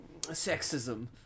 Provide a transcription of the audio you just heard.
sexism